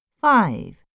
Five